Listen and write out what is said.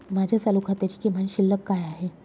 माझ्या चालू खात्याची किमान शिल्लक काय आहे?